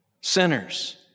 sinners